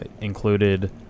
included